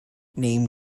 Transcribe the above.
named